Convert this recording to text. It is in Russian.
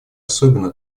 особенно